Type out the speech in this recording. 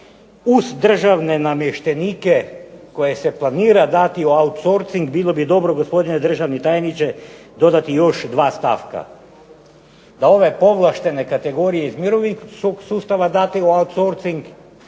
uz državne namještenike koje se planira dati u outsourcing onda bi bilo dobro gospodine državni tajniče dodati još dva stavka. Da ove povlaštene kategorije iz mirovinskog sustava date u outsourcing,